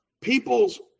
People's